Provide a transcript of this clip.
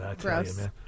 Gross